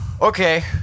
Okay